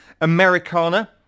Americana